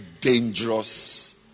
dangerous